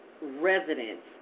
residents